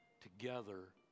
together